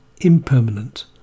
impermanent